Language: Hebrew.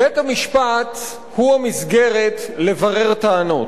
בית-המשפט הוא המסגרת לברר טענות,